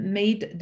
made